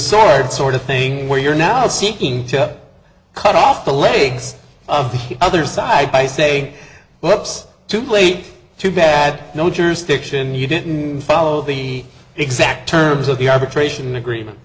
sort of thing where you're now seeking to cut off the legs of the other side by saying what's too late too bad no jurisdiction you didn't follow the exact terms of the arbitration agreement